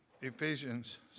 Ephesians